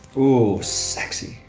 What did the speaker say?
ooh, sexy!